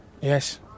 Yes